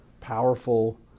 powerful